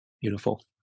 Beautiful